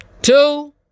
two